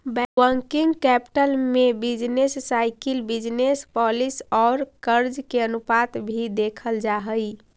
working capital में business cycle business policy औउर कर्ज के अनुपात भी देखल जा हई